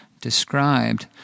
described